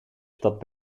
stad